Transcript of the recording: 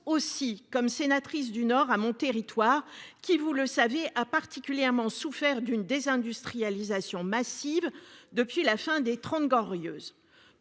aussi comme sénatrice du Nord à mon territoire qui vous le savez a particulièrement souffert d'une désindustrialisation massive depuis la fin des 30 Glorieuses